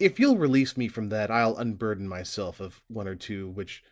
if you'll release me from that, i'll unburden myself of one or two which